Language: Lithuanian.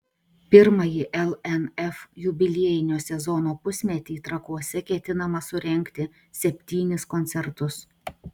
pirmąjį lnf jubiliejinio sezono pusmetį trakuose ketinama surengti septynis koncertus